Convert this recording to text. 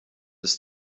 ist